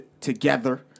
together